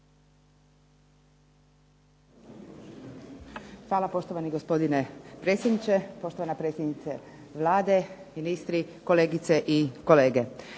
Hvala poštovani gospodine predsjedniče, poštovana predsjednice Vlade, ministri, kolegice i kolege.